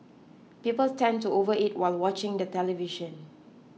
people tend to overeat while watching the television